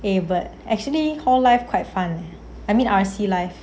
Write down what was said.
eh but hall life quite fun I mean R_C life